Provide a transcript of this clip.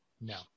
No